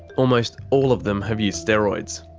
almost all of them have used steroids.